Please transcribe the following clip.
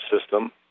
system